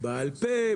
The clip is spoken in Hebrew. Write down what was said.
בעל פה,